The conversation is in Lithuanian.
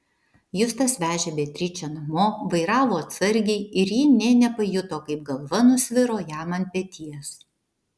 justas vežė beatričę namo vairavo atsargiai ir ji nė nepajuto kaip galva nusviro jam ant peties